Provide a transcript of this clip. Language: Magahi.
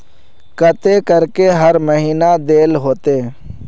केते करके हर महीना देल होते?